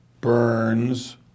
Burns